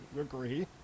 agree